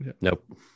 nope